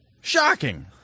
Shocking